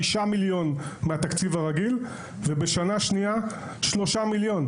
מיליון מהתקציב הרגיל ובשנה השניה 3 מיליון.